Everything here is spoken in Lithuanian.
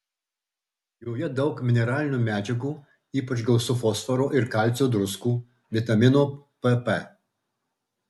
joje daug mineralinių medžiagų ypač gausu fosforo ir kalcio druskų vitamino pp